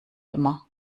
immer